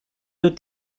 dut